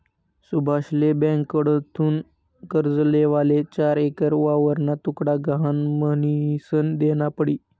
सुभाषले ब्यांककडथून कर्ज लेवाले चार एकर वावरना तुकडा गहाण म्हनीसन देना पडी